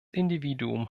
individuum